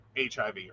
HIV